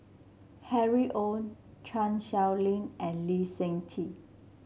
Harry Ord Chan Sow Lin and Lee Seng Tee